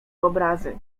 obrazy